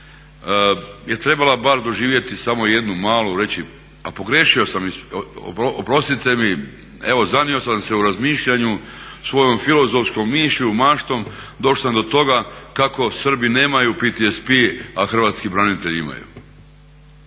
je trebala bar doživjeti samo jednu malu i reći a pogriješio sam, oprostite mi, evo zanio sam se u razmišljanju svojom filozofskom mišlju, maštom, došao sam do toga kako Srbi nemaju PTSP a hrvatski branitelji imaju.